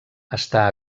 està